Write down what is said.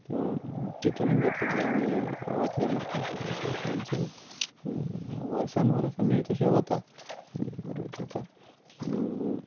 त्यो तितुनच घेतले की आमी वतले म्हुणोण खंयसरी सो ते आमचें वर्सान वर्स आमी तशें वता रोड ट्रिपार